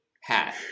hat